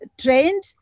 trained